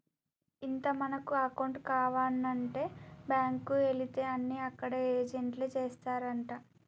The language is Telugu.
ఇంత మనకు అకౌంట్ కావానంటే బాంకుకు ఎలితే అన్ని అక్కడ ఏజెంట్లే చేస్తారంటా